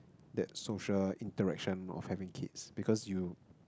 that social interaction of having kids because you